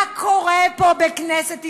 מה קורה פה בכנסת ישראל?